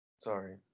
Sorry